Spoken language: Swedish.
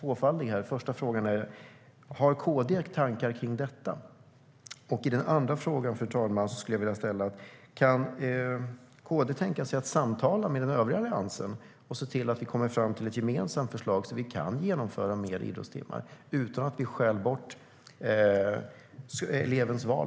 Min första fråga gäller om KD har några tankar här. Min andra fråga gäller om KD kan tänka sig samtala med den övriga Alliansen och se till att vi kommer fram till ett gemensamt förslag så att vi kan införa fler idrottstimmar utan att ta bort elevens val.